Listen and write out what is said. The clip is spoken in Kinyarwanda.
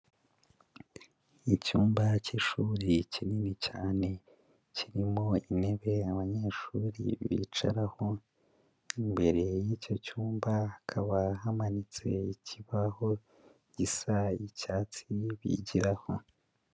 Icyumba cy'ishuri kinini cyane, kirimo intebe abanyeshuri bicaraho, imbere y'icyo cyumba hakaba hamanitse ikibaho gisa icyatsi bigiraho.